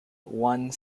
one